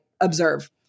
observe